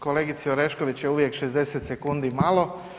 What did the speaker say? Kolegici Orešković je uvijek 60 sekundi malo.